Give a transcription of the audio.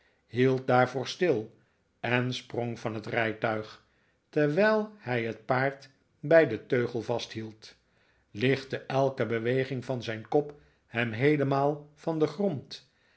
hield daarvoor stil en sprong van het rijtuig terwijl hij het paard bij den teugel vasthield lichtte elke beweging van zijn kop hem heelemaal van den grond